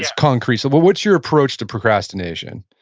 concrete. but what's your approach to procrastination?